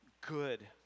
good